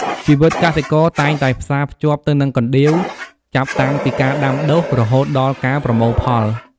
ជីវិតកសិករតែងតែផ្សារភ្ជាប់ទៅនឹងកណ្ដៀវ ចាប់តាំងពីការដាំដុះរហូតដល់ការប្រមូលផល។